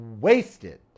wasted